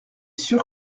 sûr